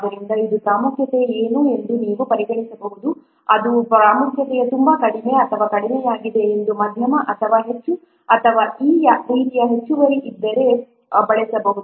ಆದ್ದರಿಂದ ಇದು ಪ್ರಾಮುಖ್ಯತೆ ಏನು ಎಂದು ನೀವು ಪರಿಗಣಿಸಬಹುದು ಅದು ಪ್ರಾಮುಖ್ಯತೆ ತುಂಬಾ ಕಡಿಮೆ ಅಥವಾ ಕಡಿಮೆಯಾಗಿದೆ ಅಥವಾ ಮಧ್ಯಮ ಅಥವಾ ಹೆಚ್ಚು ಅಥವಾ ಈ ರೀತಿಯ ಹೆಚ್ಚುವರಿ ಇದ್ದರೆ ಬಳಸಬಹುದು